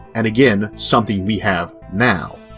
and again something we have now.